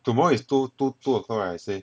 tomorrow is two two two o'clock right they say